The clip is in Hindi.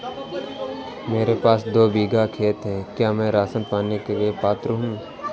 मेरे पास दो बीघा खेत है क्या मैं राशन पाने के लिए पात्र हूँ?